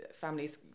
families